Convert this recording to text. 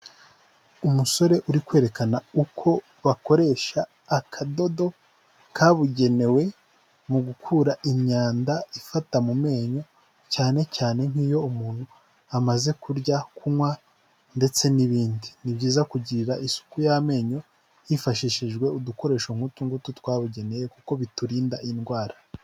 Umusore uri kwerekana uko bakoresha akadodo kabugenewe mu gukura imyanda ifata mu menyo, cyane cyane nk'iyo umuntu amaze kurya, kunywa ndetse n'ibindi, ni byiza kugirira isuku y'amenyo, hifashishijwe udukoresho nk'utu ngutu twabugenewe kuko biturinda indwara.